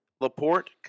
Laporte